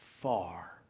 far